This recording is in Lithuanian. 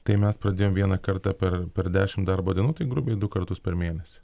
tai mes pradėjom vieną kartą per per dešim darbo dienų tai grubiai du kartus per mėnesį